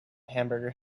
hamburger